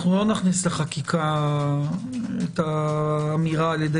אנחנו לא נכניס לחקיקה את האמירה: על-ידי